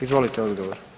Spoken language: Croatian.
Izvolite odgovor.